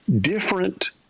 Different